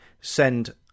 send